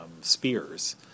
spears